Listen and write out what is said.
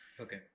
Okay